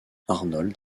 arnold